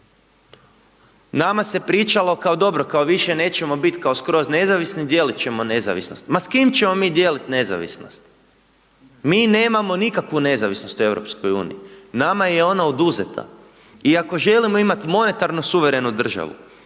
Nama se pričalo, kao dobro, više nećemo biti kao skroz nezavisni, dijeliti ćemo nezavisnost. Ma s kim ćemo mi dijeliti nezavisnost? Mi nemamo nikakvu nezavisnost u EU. Nama je ona oduzeta. I ako želimo imati modernu suverenu državu,